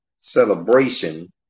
celebration